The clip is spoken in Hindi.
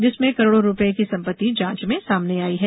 जिसमें करोड़ो रूपये की सम्पत्ति जांच में सामने आई है